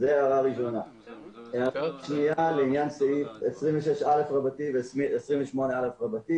לעניין סעיף 26א ו-28א.